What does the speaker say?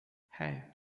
hey